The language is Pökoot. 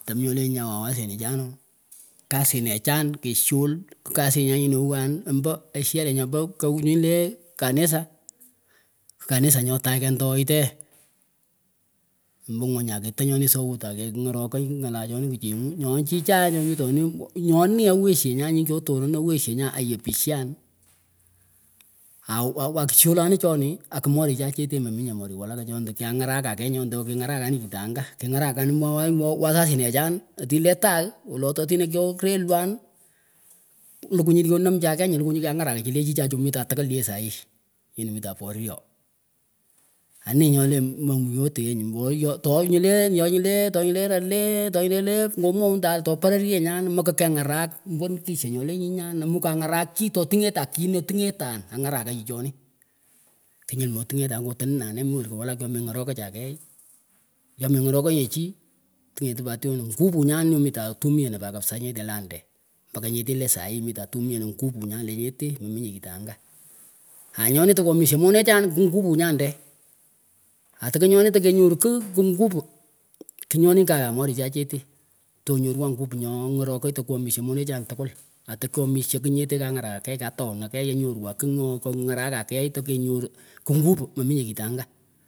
kasinechan kasinechan keshol kikkasinyan nyinih aiyan ombo igharan nyopoh kaw nyinleh kabisa kikanisa nyoh tagh kendoyhteh ombo ngwuny aketeh nyonih sout akehngorokayh ghalah chonih kchenguh ngoh chichaeh chomitonih nyonin aweshen nyan nyohkyotoron aweshe nyan ayepishan awawaksholanin chonih akmorichan cheteh meminyeh morih walaka chondah kyangarakah keyh nyonah kingarakanin chintangah kingarakanin kimwowanih wasasinechan atineh leh tagh wolol totineh kyorelwan lukuh nyine kyonamchan keyh nyun klukihnyuh kyangarakah chi lechicha chimitan tkul yeh sahii chini mitan poryooh anih nyoleh mambo yoteenyun ombo wolo toyiyoh toh nyileh toh nyileh toh nyileh nyarah leh toh nyileh komwounyih tagh toh pareryenyan mekah kengarak mbo nikisyah nyoleh nyinyan amukah ngarak chih totingetan kiineh tingehtan angarakah chichonih knyul motingetan kohten nahneh mih werkah walak chomengorokahchah keyh ngomengorokahnyeh chih tingetih pa tyonah nguvu nyannyohmitan tumienapa kabisa nyeteh le ander mpaka nyeteh le sahii mitan tumienah nyan lenyeteh mominyeh kitangah anyonih tekuhomishah monechan kih nguvu nyander atekunyoni kenyoruh kigh kunguvu kngonih kaan morihchan cheteh toh nyorwah nguvu nyoh ngorokay to kwamishah monechan tkul atekyomishah knyeteh kangarakakeyh katoanan keyh anyorwah kigh nyor kongarakah keyh tekenyoruh nguvu mominyeh kitangah.